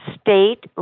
state